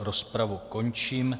Rozpravu končím.